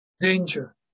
Danger